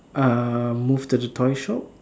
uh move to the toy shop